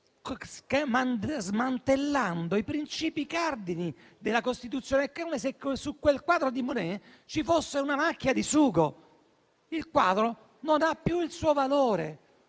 smantellando i princìpi cardine della Costituzione. È come se su quel quadro di Monet ci fosse una macchia di sugo: il quadro non ha più il suo valore.